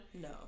No